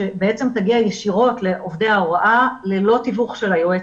שתגיע ישירות לעובדי ההוראה ללא תיווך של היועצת.